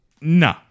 No